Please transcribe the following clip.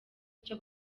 icyo